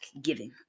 giving